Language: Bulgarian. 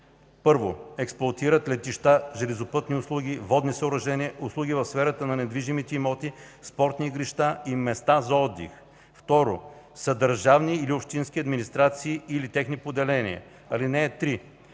1. експлоатират летища, железопътни услуги, водни съоръжения, услуги в сферата на недвижимите имоти, спортни игрища и места за отдих; 2. са държавни или общински администрации или техни поделения. (3)